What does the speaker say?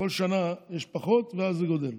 כל שנה יש פחות, ואז זה גדל.